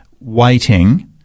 waiting